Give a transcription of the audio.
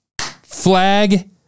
flag